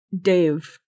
Dave